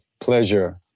pleasure